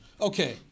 Okay